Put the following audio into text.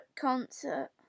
concert